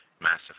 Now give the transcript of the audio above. massive